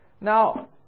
Now